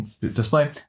Display